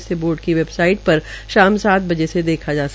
इसे बोर्ड की वेबसाइट पर शाम सात बजे से देखा जा सकता है